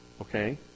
Okay